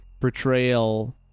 portrayal